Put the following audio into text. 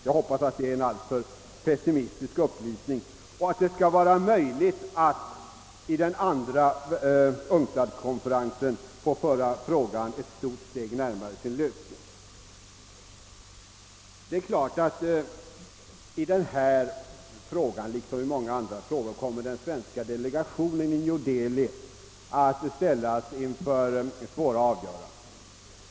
Jag hoppas att det är en alltför pessimistisk upplysning och att det skall vara möjligt att vid UNCTAD-konferensen föra frågan ett stort steg närmare sin lösning. Det är emellertid klart att beträffande denna liksom många andra frågor kommer den svenska delegationen i New Delhi att ställas inför svåra avgöranden.